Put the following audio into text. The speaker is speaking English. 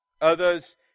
Others